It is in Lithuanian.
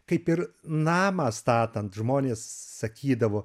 kaip ir namą statant žmonės sakydavo